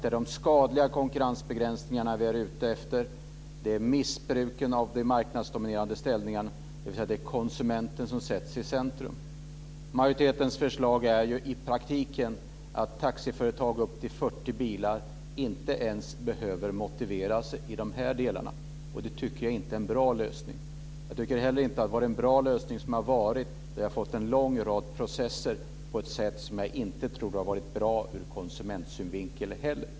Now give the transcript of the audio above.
Det är de skadliga konkurrensbegränsningarna, missbruken av de marknadsdominerande ställningarna, som vi är ute efter. Det är alltså konsumenten som sätts i centrum. Majoritetens förslag är ju i praktiken att taxiföretag med upp till 40 bilar inte ens behöver motivera sig i dessa delar. Det tycker jag inte är en bra lösning. Jag tycker inte heller att den lösning som har varit är bra, där vi har fått en lång rad processer på ett sätt som jag inte tror har varit bra ur konsumentsynvinkel heller.